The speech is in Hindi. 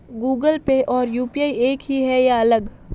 गूगल पे और यू.पी.आई एक ही है या अलग?